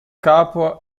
capo